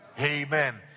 Amen